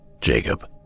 Jacob